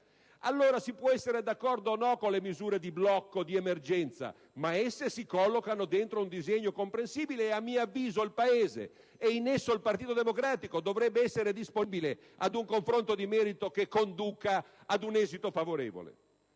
italiana. Si può essere d'accordo o meno sulle misure di blocco, di emergenza, ma esse si collocano dentro un disegno comprensibile e, a mio avviso, il Paese - ed in esso il Partito Democratico - dovrebbe essere disponibile ad un confronto di merito che conduca ad un esito favorevole.